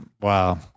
Wow